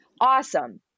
Awesome